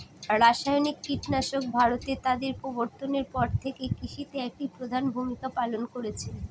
রাসায়নিক কীটনাশক ভারতে তাদের প্রবর্তনের পর থেকে কৃষিতে একটি প্রধান ভূমিকা পালন করেছে